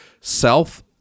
self